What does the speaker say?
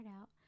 out